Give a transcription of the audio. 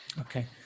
Okay